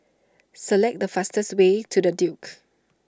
select the fastest way to the Duke